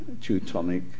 Teutonic